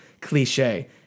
cliche